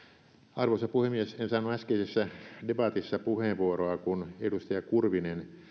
arvoisa puhemies en saanut äskeisessä debatissa puheenvuoroa kun edustaja kurvinen